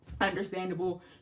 understandable